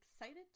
excited